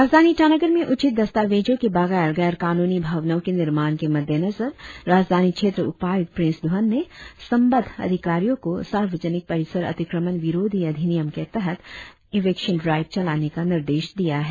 राजधानी ईटानगर में उचित दस्तावेजों के बगैर गैर कानूनी भवनों के निर्माण के मद्देनजर राजधानी क्षेत्र उपायुक्त प्रिंस धवन ने संबंद्व अधिकारी को सार्वजनिक परिसर अतिक्रमण विरोधी अधिनियम के तहत इविक्शन ड्राइव चलाने का निर्देश दिया है